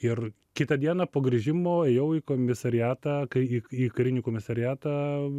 ir kitą dieną po grįžimo ėjau į komisariatą kai į į karinį komisariatą